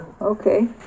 okay